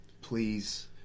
Please